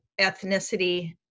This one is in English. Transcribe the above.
ethnicity